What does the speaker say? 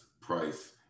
price